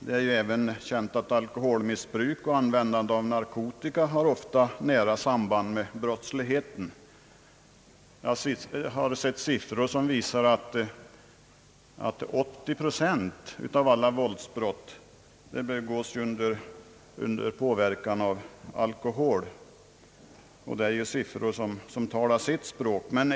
Det är ju känt att även alkoholmissbruk och användandet av narkotika ofta har nära samband med brottslighet. Jag har sett siffror som visar att 80 procent av alla våldsbrott begås under påverkan av alkohol. Det är ju siffror som talar sitt språk.